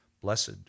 blessed